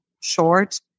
short